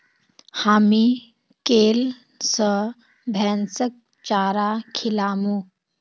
हामी कैल स भैंसक चारा खिलामू